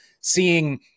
seeing